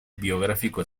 biográfico